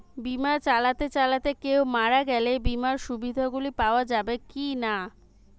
বিমা চালাতে চালাতে কেও মারা গেলে বিমার সুবিধা গুলি পাওয়া যাবে কি না?